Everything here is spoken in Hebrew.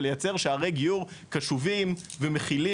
ולייצר שערי גיור קשובים ומכילים,